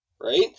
Right